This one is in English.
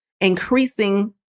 increasing